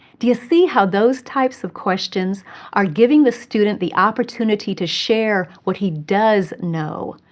do you see how those types of questions are giving the student the opportunity to share what he does know,